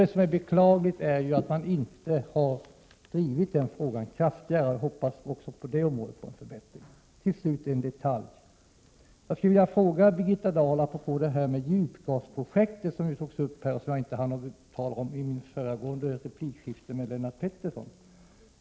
Det är beklagligt att man inte har drivit den frågan kraftigare. Jag hoppas också på det området på en förbättring. Till slut en detalj. Jag skulle vilja ställa en fråga till Birgitta Dahl apropå djupgasprojektet, som jag inte hann tala om i mitt föregående replikskifte med Lennart Pettersson.